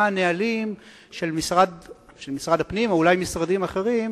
מה הנהלים של משרד הפנים, ואולי של משרדים אחרים,